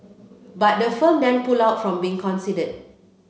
but the firm then pulled out from being consider